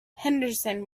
henderson